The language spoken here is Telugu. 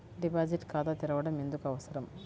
డిపాజిట్ ఖాతా తెరవడం ఎందుకు అవసరం?